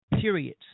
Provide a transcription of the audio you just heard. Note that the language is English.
periods